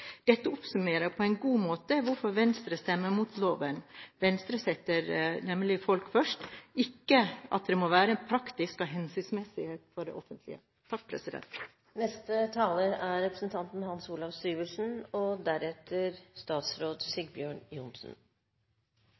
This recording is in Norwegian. Dette oppsummerer på en god måte hvorfor Venstre stemmer imot loven. Venstre setter nemlig folk først, ikke at det må være praktisk og hensiktsmessig for det offentlige. Jeg kan i stor grad slutte meg til det som er